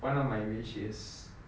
one of my wish is